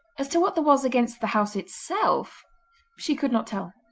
as to what there was against the house itself she could not tell.